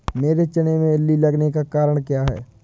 मेरे चने में इल्ली लगने का कारण क्या है?